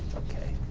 okay,